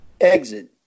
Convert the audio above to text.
exit